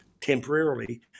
temporarily